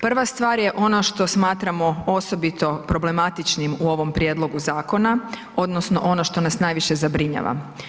Prva stvar je ona što smatramo osobito problematičnim u ovom prijedlogu zakona odnosno ono što nas najviše zabrinjava.